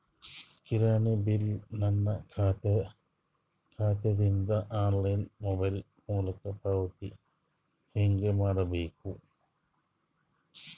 ಕಿರಾಣಿ ಬಿಲ್ ನನ್ನ ಖಾತಾ ದಿಂದ ಆನ್ಲೈನ್ ಮೊಬೈಲ್ ಮೊಲಕ ಪಾವತಿ ಹೆಂಗ್ ಮಾಡಬೇಕು?